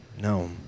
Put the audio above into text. No